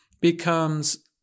becomes